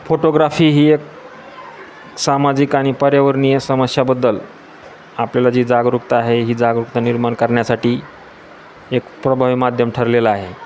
photography ही एक सामाजिक आणि पर्यावरणीय समस्यांबद्दल आपल्याला जी जागरूकता आहे ही जागरूकता निर्माण करण्यासाठी एक प्रभावी माध्यम ठरलेला आहे